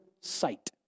sight